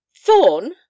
Thorn